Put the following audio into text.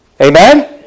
Amen